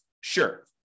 Sure